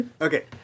Okay